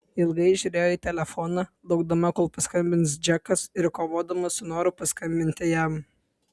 ilgai žiūrėjo į telefoną laukdama kol paskambins džekas ir kovodama su noru paskambinti jam